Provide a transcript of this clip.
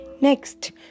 Next